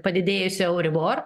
padidėjusio euribor